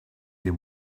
dem